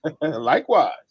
Likewise